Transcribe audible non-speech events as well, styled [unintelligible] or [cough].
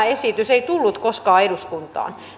[unintelligible] esitys ei tullut koskaan eduskuntaan